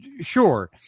Sure